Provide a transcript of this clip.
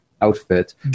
outfit